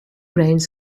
reins